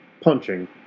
Punching